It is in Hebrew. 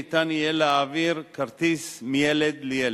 ניתן יהיה להעביר כרטיס מילד לילד,